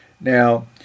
Now